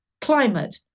climate